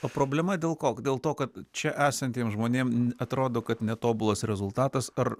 o problema dėl ko dėl to kad čia esantiems žmonėm atrodo kad netobulas rezultatas ar